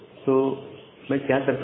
तो मैं क्या करता हूं